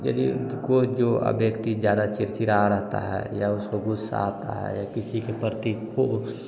यदि कोई जो व्यक्ति ज्यादा चिड़चिड़ा रहता है या उसको गुस्सा आता है किसी के प्रति खूब